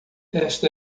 esta